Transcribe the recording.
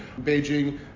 Beijing